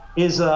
is